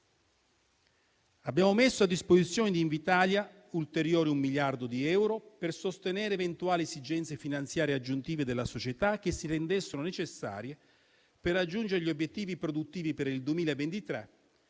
Abbiamo messo a disposizione di Invitalia un ulteriore miliardo di euro per sostenere eventuali esigenze finanziarie aggiuntive della società che si rendessero necessarie per raggiungere gli obiettivi produttivi per il 2023